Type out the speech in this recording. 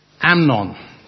Amnon